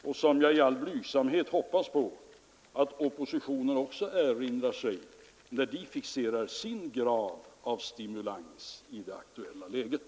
Jag hoppas i all blygsamhet på att också oppositionen erinrar sig detta, när den fixerar sin grad av stimulans i det aktuella läget.